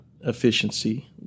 efficiency